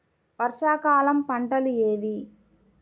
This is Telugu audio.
వర్షాకాలం పంటలు ఏవి?